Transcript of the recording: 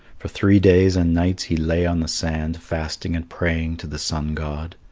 for three days and nights he lay on the sand fasting and praying to the sun god.